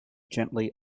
gently